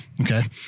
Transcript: Okay